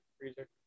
freezer